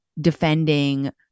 defending